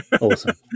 Awesome